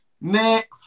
Next